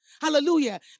Hallelujah